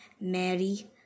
Mary